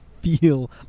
feel